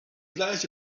gleiche